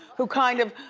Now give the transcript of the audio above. who kind of